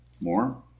More